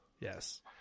Yes